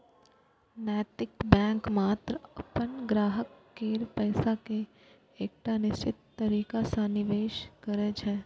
नैतिक बैंक मात्र अपन ग्राहक केर पैसा कें एकटा निश्चित तरीका सं निवेश करै छै